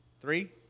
three